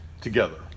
together